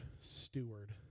steward